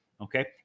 okay